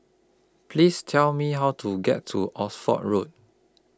Please Tell Me How to get to Oxford Road